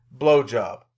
blowjob